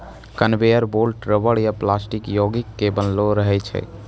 conveyor belt rubber या plastic योगिक के बनलो रहै छै